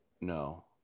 No